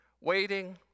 waiting